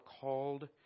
called